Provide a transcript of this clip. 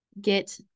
Get